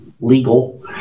legal